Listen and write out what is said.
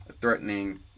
threatening